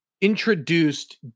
introduced